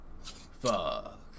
fuck